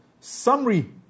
summary